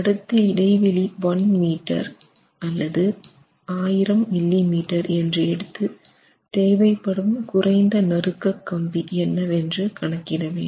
அடுத்து இடைவெளி 1 metre 1000 millimetre என்று எடுத்து தேவைப்படும் குறைந்த நறுக்க கம்பி என்னவென்று கணக்கிட வேண்டும்